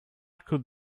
could